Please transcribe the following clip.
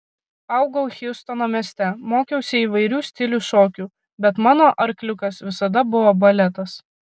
augau hjustono mieste mokiausi įvairių stilių šokių bet mano arkliukas visada buvo baletas